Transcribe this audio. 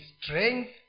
strength